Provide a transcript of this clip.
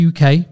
UK